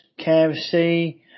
KFC